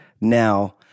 now